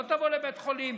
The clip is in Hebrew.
לא תבוא לבית חולים.